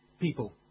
people